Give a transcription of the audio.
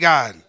God